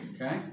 okay